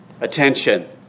Attention